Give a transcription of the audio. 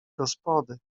gospody